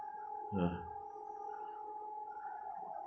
ah